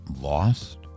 lost